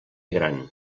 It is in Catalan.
gran